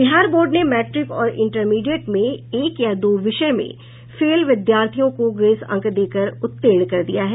Bihar board ने matric और intermediate में एक या दो विषय में फेल विद्यार्थियों को ग्रेस अंक देकर उत्तीर्ण कर दिया है